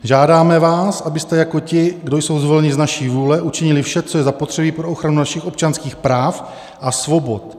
Žádáme vás, abyste jako ti, kdo jsou zvoleni z naší vůle, učinili vše, co je zapotřebí pro ochranu našich občanských práv a svobod.